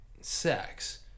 sex